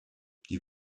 die